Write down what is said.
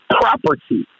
property